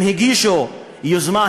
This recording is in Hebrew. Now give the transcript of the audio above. הם הגישו יוזמה,